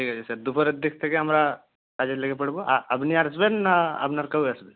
ঠিক আছে স্যার দুপুরের দিক থেকে আমরা কাজে লেগে পড়ব আপনি আসবেন না আপনার কেউ আসবে